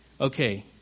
Okay